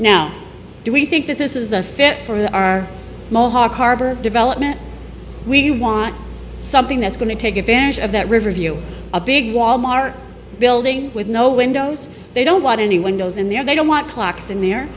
now do we think that this is a fit for the our development we want something that's going to take advantage of that riverview a big wal mart building with no windows they don't want any windows in there they don't want clocks in there